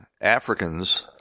Africans